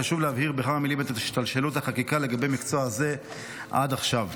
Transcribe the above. חשוב להבהיר בכמה מילים את השתלשלות החקיקה לגבי מקצוע זה עד עכשיו.